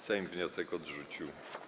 Sejm wniosek odrzucił.